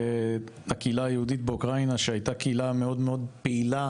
והקהילה היהודית באוקראינה שהייתה קהילה מאוד מאוד פעילה